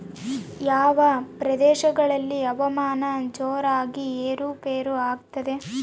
ಯಾವ ಪ್ರದೇಶಗಳಲ್ಲಿ ಹವಾಮಾನ ಜೋರಾಗಿ ಏರು ಪೇರು ಆಗ್ತದೆ?